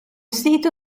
sito